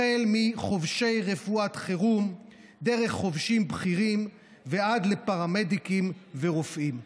החל בחובשי רפואת חירום דרך חובשים בכירים ועד פרמדיקים ורופאים.